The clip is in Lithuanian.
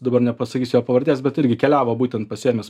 dabar nepasakysiu jo pavardės bet irgi keliavo būtent pasiėmęs